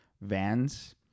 Vans